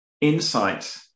insight